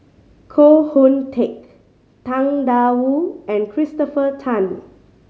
Koh Hoon Teck Tang Da Wu and Christopher Tan